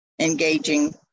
engaging